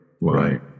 right